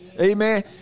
amen